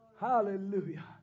Hallelujah